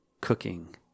cooking